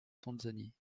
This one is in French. tanzanie